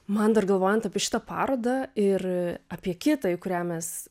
man dar galvojant apie šitą parodą ir apie kitą į kurią mes